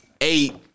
eight